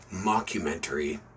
mockumentary